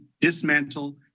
dismantle